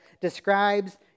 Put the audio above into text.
describes